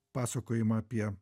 pasakojimą apie